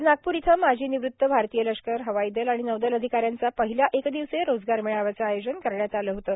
आज नागपूर इथं माजी निवृत्त भारतीय लष्कर हवाई दल आणि नौदल अधिकाऱ्यांचा पहिल्या एक दिवसीय रोजगार मेळाव्याचं आयोजन करण्यात आलं होतं